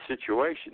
situation